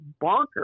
bonkers